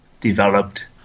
developed